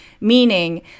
meaning